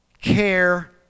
care